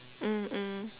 mm mm